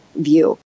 view